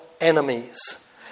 enemies